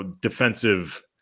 defensive